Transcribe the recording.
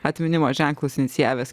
atminimo ženklus inicijavęs